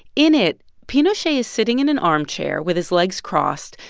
in it, pinochet is sitting in an armchair with his legs crossed,